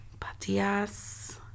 Patias